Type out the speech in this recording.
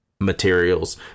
materials